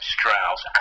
Strauss